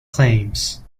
claims